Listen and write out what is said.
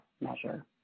measure